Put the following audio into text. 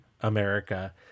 america